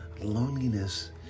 Loneliness